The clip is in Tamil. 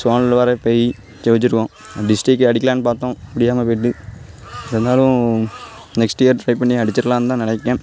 ஜோனல் வரை போய் ஜெய்ச்சுருக்கோம் டிஸ்ட்ரிக் அடிக்கலாம்னு பார்த்தோம் முடியாமல் போய்விட்டு இருந்தாலும் நெக்ஸ்ட் இயர் ட்ரை பண்ணி அடிச்சிடலாந்தான் நினைக்கிறேன்